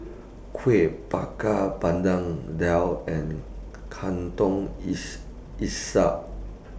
Kuih Bakar Pandan Daal and Laksa